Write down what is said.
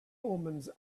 omens